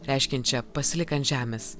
reiškiančią pasilik ant žemės